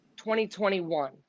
2021